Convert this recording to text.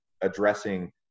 addressing